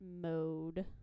mode